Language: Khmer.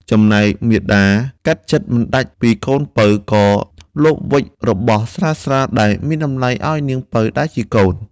ចំណែកមាតាកាត់ចិត្តមិនដាច់ពីកូនពៅ ក៏លបវេចរបស់ស្រាលៗ ដែលមានតម្លៃឲ្យនាងពៅដែលជាកូន។